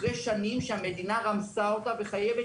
אחרי שנים שהמדינה רמסה אותה וחייבת